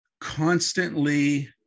constantly